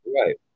right